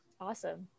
Awesome